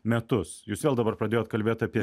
metus jūs vėl dabar pradėjot kalbėti apie